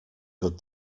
good